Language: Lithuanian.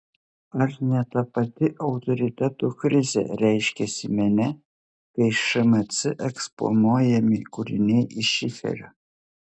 ar ne ta pati autoriteto krizė reiškiasi mene kai šmc eksponuojami kūriniai iš šiferio